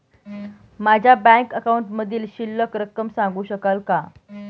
माझ्या बँक अकाउंटमधील शिल्लक रक्कम सांगू शकाल का?